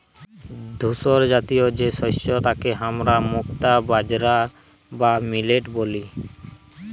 ধূসরজাতীয় যে শস্য তাকে হামরা মুক্তা বাজরা বা মিলেট ব্যলি